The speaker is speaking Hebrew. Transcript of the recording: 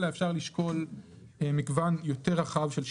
אלא אפשר לשקול מגוון יותר רחב של שיקולים.